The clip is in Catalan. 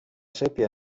sépia